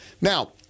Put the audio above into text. Now